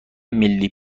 ملی